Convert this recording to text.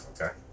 okay